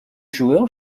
joueurs